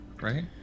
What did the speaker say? right